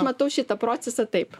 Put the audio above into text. matau šitą procesą taip